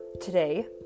today